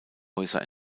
häuser